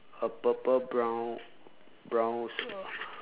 a purple brown brown uh